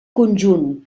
conjunt